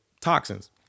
toxins